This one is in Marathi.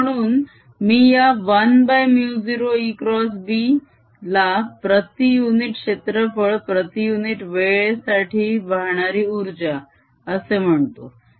आणि म्हणून मी या 1μ0 ExB ला प्रती युनिट क्षेत्रफळ प्रती युनिट वेळेसाठी वाहणारी उर्जा असे म्हणतो